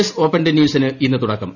S open ടെന്നീസിന് ഇന്ന് തുടക്കം